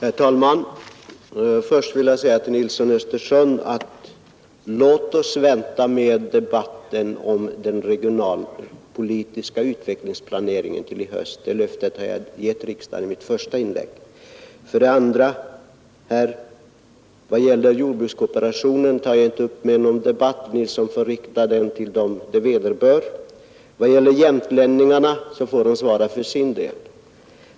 Herr talman! Först vill jag säga till herr Nilsson i Östersund: Låt oss vänta med debatten om den regionalpolitiska utvecklingsplaneringen till i höst! Det löftet har jag gett riksdagen i ett tidigare inlägg. Jordbrukskooperationen tar jag inte upp till debatt. Herr Nilsson får rikta sin fråga till dem det vederbör. Vad gäller jämtlänningarna får de svara för sin del.